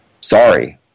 sorry